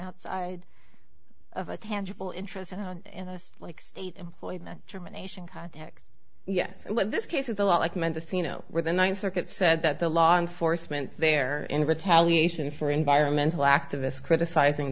outside of a tangible interest in this like state employment determination contacts yes this case is a lot like men to see where the ninth circuit said that the law enforcement there in retaliation for environmental activists criticizing